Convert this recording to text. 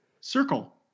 Circle